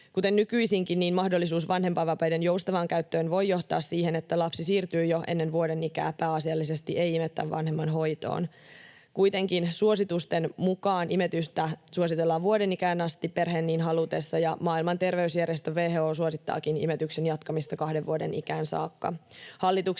Kuten nykyisinkin, mahdollisuus vanhempainvapaiden joustavaan käyttöön voi johtaa siihen, että lapsi siirtyy jo ennen vuoden ikää pääasiallisesti ei-imettävän vanhemman hoitoon. Kuitenkin suositusten mukaan imetystä suositellaan vuoden ikään asti perheen niin halutessa, ja Maailman terveysjärjestö WHO suosittaakin imetyksen jatkamista kahden vuoden ikään saakka.